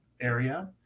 area